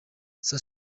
saa